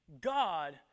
God